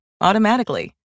automatically